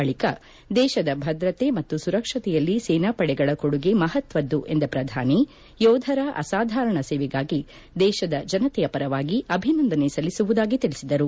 ಬಳಿಕ ದೇಶದ ಭದ್ರತೆ ಮತ್ತು ಸುರಕ್ಷತೆಯಲ್ಲಿ ಸೇನಾಪಡೆಗಳ ಕೊಡುಗೆ ಮಹತ್ವದ್ದು ಎಂದ ಪ್ರಧಾನಿ ಯೋಧರ ಅಸಾಧಾರಣ ಸೇವೆಗಾಗಿ ದೇಶದ ಜನತೆಯ ಪರವಾಗಿ ಅಭಿನಂದನೆ ಸಲ್ಲಿಸುವುದಾಗಿ ತಿಳಿಸಿದರು